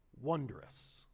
wondrous